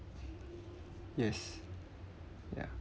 yes ya